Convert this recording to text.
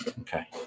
Okay